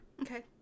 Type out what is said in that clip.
Okay